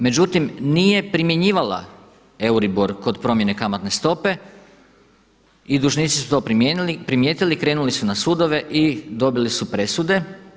Međutim, nije primjenjivala EURIBOR kod promjene kamatne stope i dužnici su to primijetili, krenuli su na sudove i dobili su presude.